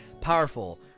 powerful